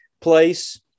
place